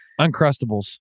Uncrustables